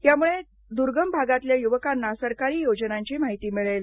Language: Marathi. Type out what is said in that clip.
यामुळे दूर्गम भागातल्या युवकांना सरकारी योजनांची माहिती मिळेल